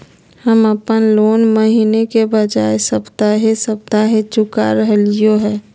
हम अप्पन लोन महीने के बजाय सप्ताहे सप्ताह चुका रहलिओ हें